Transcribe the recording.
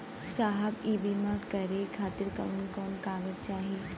साहब इ बीमा करें खातिर कवन कवन कागज चाही?